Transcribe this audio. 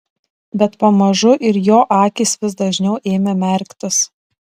bet pamažu ir jo akys vis dažniau ėmė merktis